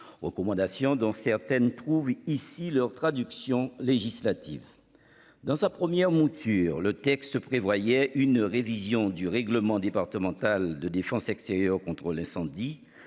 recommandations dont certaines trouvent ici leur traduction législative. Dans sa première mouture, le texte prévoyait une révision du règlement départemental de défense accès au contrôle incendie